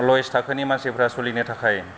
lowest थाखोनि मानसिफ्रा सालिनो थाखाय